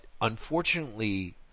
unfortunately